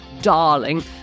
darling